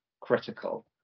critical